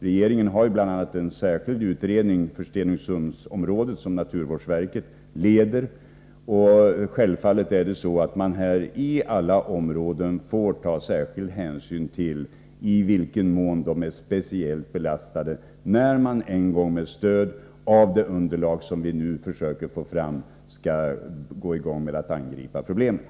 Regeringen har bl.a. en särskild utredning för Stenungsundsområdet som naturvårdsverket leder. Självfallet får man i alla områden ta särskild hänsyn till i vilken mån de är speciellt belastade, när man en gång med stöd av det underlag som vi nu försöker få fram skall ta itu med att angripa problemet.